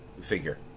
figure